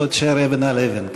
שלא תישאר אבן על אבן.